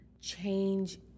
change